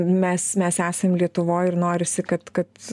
mes mes esam lietuvoj ir norisi kad kad